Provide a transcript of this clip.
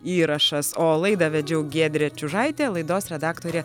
įrašas o laidą vedžiau giedrė čiužaitė laidos redaktorė